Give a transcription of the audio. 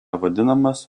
vadinamas